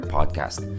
Podcast